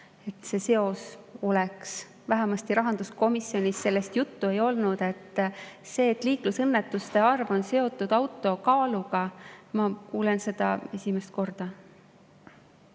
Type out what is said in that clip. seal seos oleks. Vähemasti rahanduskomisjonis sellest juttu ei olnud. Seda, et liiklusõnnetuste arv on seotud auto kaaluga, ma kuulen esimest korda.